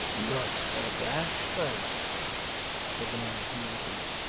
muster gashford said the man who opened it,